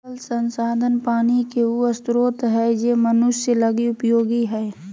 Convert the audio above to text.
जल संसाधन पानी के उ स्रोत हइ जे मनुष्य लगी उपयोगी हइ